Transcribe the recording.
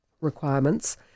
requirements